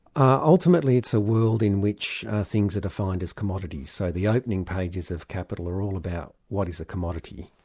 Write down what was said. ah ultimately, it's world in which things are defined as commodities. so the opening pages of kapital are all about what is a commodity,